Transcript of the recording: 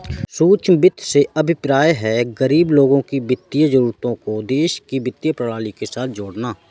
सूक्ष्म वित्त से अभिप्राय है, गरीब लोगों की वित्तीय जरूरतों को देश की वित्तीय प्रणाली के साथ जोड़ना